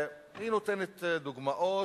היא נותנת דוגמאות,